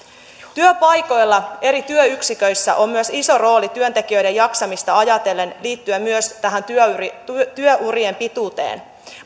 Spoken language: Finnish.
työpaikoilla eri työyksiköissä on iso rooli työntekijöiden jaksamista ajatellen liittyen myös tähän työurien pituuteen